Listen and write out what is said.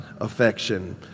affection